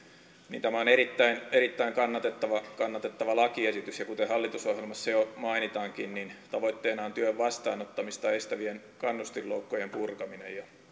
tämä on erittäin erittäin kannatettava kannatettava lakiesitys ja kuten hallitusohjelmassa jo mainitaankin tavoitteena on työn vastaanottamista estävien kannustinloukkojen purkaminen